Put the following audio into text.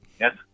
Yes